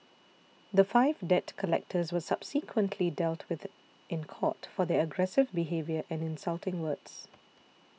the five debt collectors were subsequently dealt with in court for their aggressive behaviour and insulting words